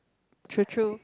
true true